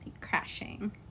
crashing